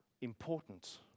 important